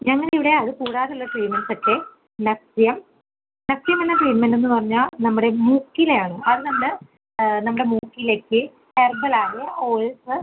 ഞങ്ങൾ ഇവിടെ അത് കൂടാതെയുള്ള ട്രീറ്റ്മെൻറ്സ് ഒക്കെ നസ്യം നസ്യം എന്ന ട്രീറ്റ്മെൻറ് എന്ന് പറഞ്ഞാൽ നമ്മുടെ മൂക്കിലെയാണ് അത് നമ്മുടെ നമ്മുടെ മൂക്കിലേക്ക് ഹെർബൽ ആയ ഓയിൽസ്